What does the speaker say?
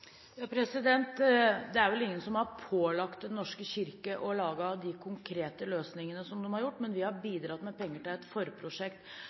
Det er vel ingen som har pålagt Den norske kirke å lage de konkrete løsningene de har gjort, men vi har bidratt med penger til et forprosjekt.